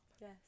Yes